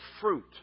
fruit